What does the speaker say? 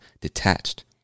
detached